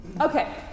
Okay